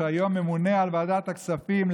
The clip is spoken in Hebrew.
שהיום ממונה על ועדת הכספים,